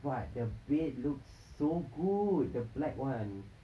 but the bed looks so good the black one